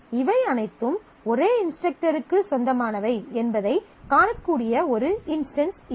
இவை அனைத்தும் ஒரே இன்ஸ்ட்ரக்டருக்கு சொந்தமானவை என்பதைக் காணக்கூடிய ஒரு இன்ஸ்டன்ஸ் இது